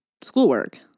schoolwork